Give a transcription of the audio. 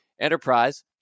enterprise